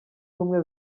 ubumwe